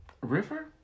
river